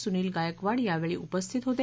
सुनील गायकवाड यावेळी उपस्थित होते